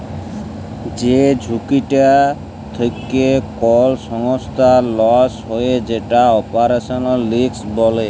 যে ঝুঁকিটা থেক্যে কোল সংস্থার লস হ্যয়ে যেটা অপারেশনাল রিস্ক বলে